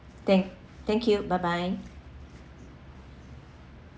thank thank you bye bye